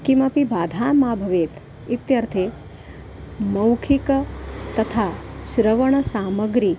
किमपि बाधा मा भवेत् इत्यर्थे मौखिक तथा श्रवणसामग्री